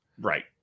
Right